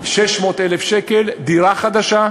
600,000 שקל, דירה חדשה,